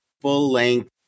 full-length